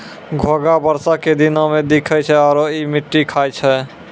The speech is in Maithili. घोंघा बरसा के दिनोॅ में दिखै छै आरो इ मिट्टी खाय छै